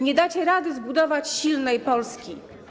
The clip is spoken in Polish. Nie dacie rady zbudować silnej Polski.